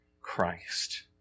Christ